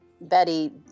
Betty